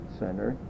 center